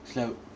it's like